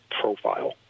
profile